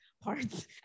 parts